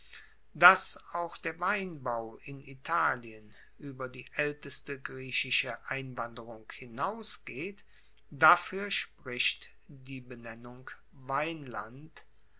dass auch der weinbau in italien ueber die aelteste griechische einwanderung hinausgeht dafuer spricht die benennung weinland